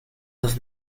have